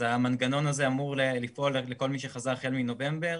אז המנגנון הזה אמור לפעול לכל מי שחזר החל מנובמבר